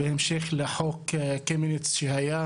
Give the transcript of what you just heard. בהמשך לחוק המוניציפאלי שהיה,